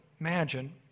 imagine